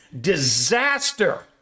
disaster